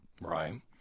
Right